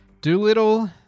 Doolittle